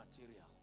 material